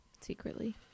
Secretly